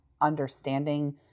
understanding